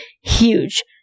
huge